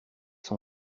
son